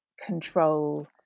control